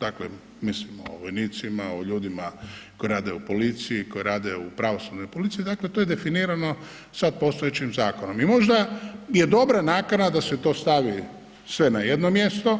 Dakle, mislimo o vojnicima, o ljudima koji rade u policiji, koji rade u pravosudnoj policiji, dakle to je definirano sa postojećim zakonom i možda je dobra nakana da se to stavi sve na jedno mjesto